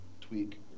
tweak